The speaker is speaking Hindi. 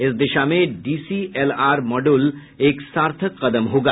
इस दिशा में डीसीएलआर मॉडयूल एक सार्थक कदम होगा